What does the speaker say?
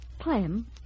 Clem